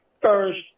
first